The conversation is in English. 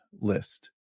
list